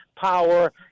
power